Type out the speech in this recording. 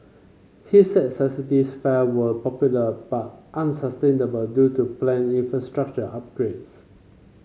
he said subsidised fare were popular but unsustainable due to planned infrastructural upgrades